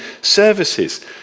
services